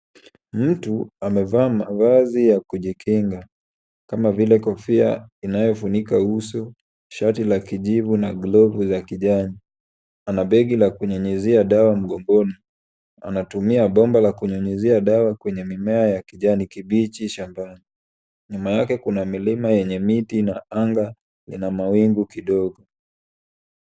Mtu amevaa mavazi ya kujikinga kama vile kofia inayofunika uso, shati la kijivu na glovu za kijani. Ana begi ya kunyunyuzia dawa mgongoni. Anatumia bomba la kunyunyizia dawa kwenye mimea ya kijani kibichi shambani. Nyuma yake kuna milima yenye miti na anga ina mawingu kidogo.